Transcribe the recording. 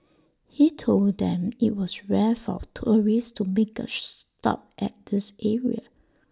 he told them IT was rare for tourists to make A stop at this area